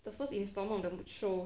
the first installment of the show